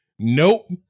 Nope